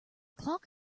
clock